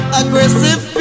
aggressive